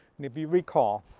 and if you recall,